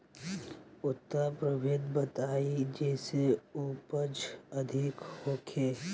उन्नत प्रभेद बताई जेसे उपज अधिक होखे?